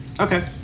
Okay